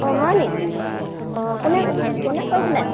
অঁ হয়নি অঁ কোনে কোনে কৈছিলে